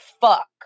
fuck